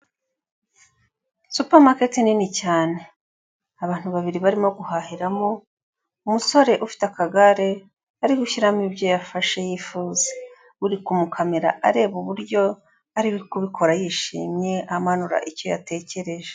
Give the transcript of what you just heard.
Supamaketi nini cyane, abantu babiri barimo guhahiramo, umusore ufite akagare ari gushyiramo ibyo yafashe yifuza, uri kumukamera areba uburyo ari kubikora yishimye, amanura icyo yatekereje.